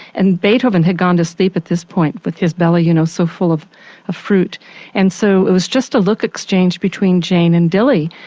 and beethoven had gone to sleep at this point with his belly you know so full of ah fruit and so it was just a look exchanged between jane and dilly.